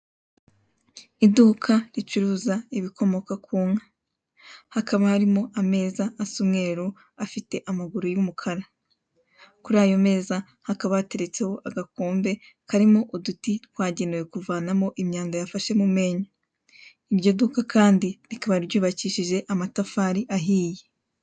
Iduka ricuruza ibikomoka ku nka. Hakaba harimo ameza asa umweru afite amaguru y'umukara. Kuri ayo meza hakaba hateretseho agakombe kariho uduti twagenewe kuvanamo imyanda yafashe mu menyo. Iryo duka kandi rikaba ryubakishije amatafari ahiye.